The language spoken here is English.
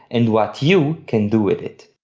and what you can do with it.